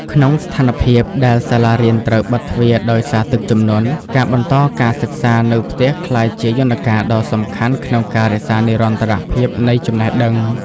ក្នុងស្ថានភាពដែលសាលារៀនត្រូវបិទទ្វារដោយសារទឹកជំនន់ ការបន្តការសិក្សានៅផ្ទះក្លាយជាយន្តការដ៏សំខាន់ក្នុងការរក្សានិរន្តរភាពនៃចំណេះដឹង។